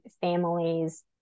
families